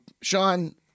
sean